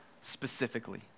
specifically